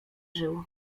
żył